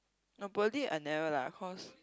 no Pearlyn I never lah cause